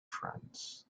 friends